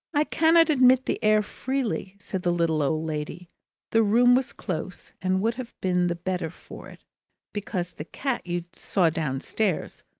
i cannot admit the air freely, said the little old lady the room was close, and would have been the better for it because the cat you saw downstairs,